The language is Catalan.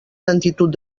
lentitud